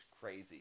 crazy